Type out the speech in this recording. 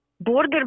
border